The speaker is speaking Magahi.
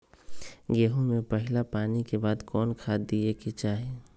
गेंहू में पहिला पानी के बाद कौन खाद दिया के चाही?